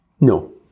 no